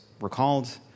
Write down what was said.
recalled